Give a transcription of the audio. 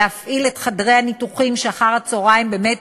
להפעיל את חדרי הניתוחים שאחר-הצהריים באמת